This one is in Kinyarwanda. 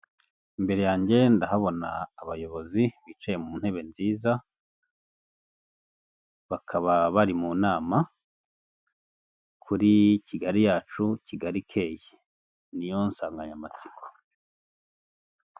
Imbere yanjye ndahabona abayobozi bicaye mu ntebe nziza bakaba bari mu nama kuri Kigali yacu Kigali ikeye niyo nsanganyamatsiko.